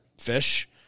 fish